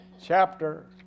Chapter